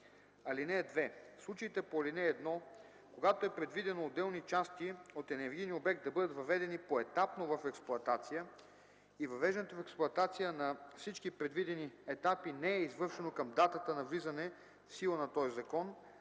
(2) В случаите по ал. 1, когато е предвидено отделни части от енергийния обект да бъдат въведени поетапно в експлоатация и въвеждането в експлоатация на всички предвидени етапи не е извършено към датата на влизане в сила на този закон,